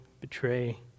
betray